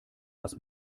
was